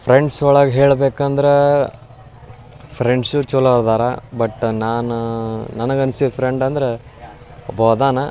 friends ಒಳಗೆ ಹೇಳ್ಬೇಕಂದ್ರೆ ಫ್ರೆಂಡ್ಸೂ ಚೊಲೋ ಇದಾರೆ ಬಟ್ ನಾನು ನನಗೆ ಅನ್ಸಿದ್ದು ಫ್ರೆಂಡ್ ಅಂದ್ರೆ ಒಬ್ಬವ ಇದಾನೆ